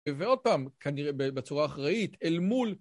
ועוד פעם, בצורה אחראית, אל מול...